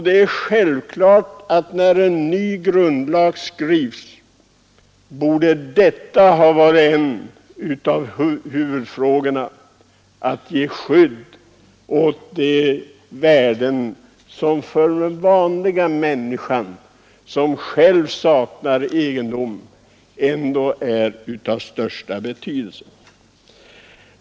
Det är självklart att när en ny grundlag skrivs borde en av huvudfrågorna ha varit att ge skydd åt de värden — tillgången till mark och vatten — som för den vanliga människan, som själv saknar egendom, är av största betydelse.